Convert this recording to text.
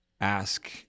Ask